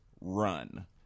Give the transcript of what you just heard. Run